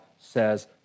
says